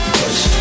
push